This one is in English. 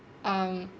um